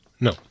No